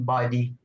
Body